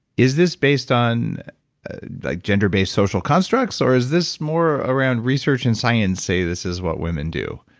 is this based on like genderbased social constructs? or is this more around research and science say this is what women do?